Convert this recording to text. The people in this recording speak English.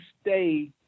stay